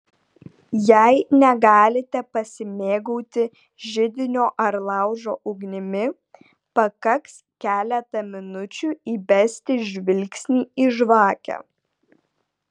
jei negalite pasimėgauti židinio ar laužo ugnimi pakaks keletą minučių įbesti žvilgsnį į žvakę